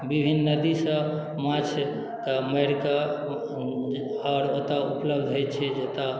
विभिन्न नदीसँ माछके मारिके आओर ओतऽ उपलब्ध हय छै जतऽ